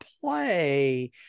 play